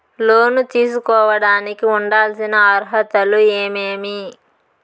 లోను తీసుకోడానికి ఉండాల్సిన అర్హతలు ఏమేమి?